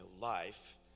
life